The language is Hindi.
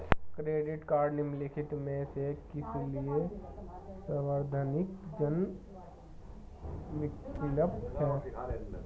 क्रेडिट कार्डस निम्नलिखित में से किसके लिए सुविधाजनक विकल्प हैं?